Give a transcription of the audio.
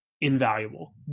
invaluable